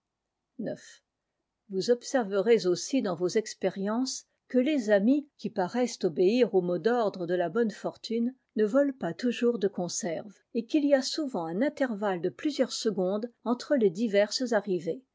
vous observerez aussi dans vos expériences que les amies qui paraissent obéir au mot d'ordre de la bonne fortune ne volent pas toujours de conserve et qu'il y a souvent un intervalle de plusieurs secondes entre les diverses arrivées